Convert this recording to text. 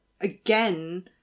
again